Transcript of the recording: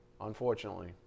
Unfortunately